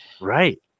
right